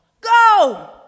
Go